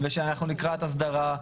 ושאנחנו לקראת הסדרה,